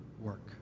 work